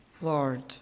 lord